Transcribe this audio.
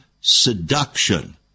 seduction